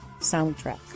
soundtrack